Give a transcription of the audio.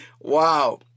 Wow